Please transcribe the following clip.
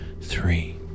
three